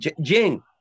Jing